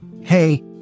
Hey